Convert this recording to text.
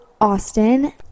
Austin